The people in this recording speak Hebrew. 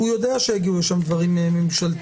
הוא יודע שיגיעו לשם דברים ממשלתיים.